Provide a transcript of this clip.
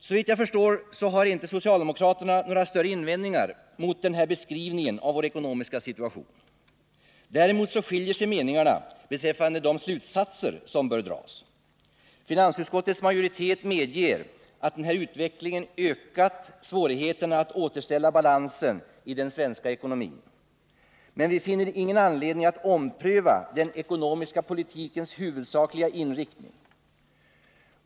Såvitt jag förstår har socialdemokraterna inte några större invändningar mot denna beskrivning av vår ekonomiska situation. Däremot skiljer sig meningarna beträffande de slutsatser som bör dras. Finansutskottets majoritet medger att den här utvecklingen ökat svårigheterna att återställa balansen i den svenska ekonomin. Men vi finner ingen anledning att ompröva den ekonomiska politikens huvudsakliga inriktning.